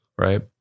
right